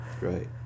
Right